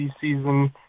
season